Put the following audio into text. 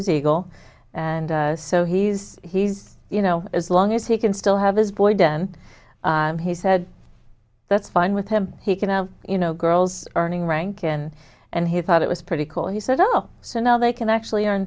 is eagle and so he's he's you know as long as he can still have his boy done he said that's fine with him he can you know girls earning rank and and he thought it was pretty cool he said no so now they can actually